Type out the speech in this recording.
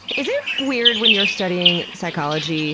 is it weird when you're studying psychology